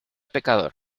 pecador